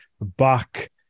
back